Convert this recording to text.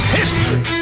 history